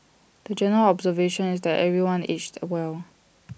the general observation is that everyone aged well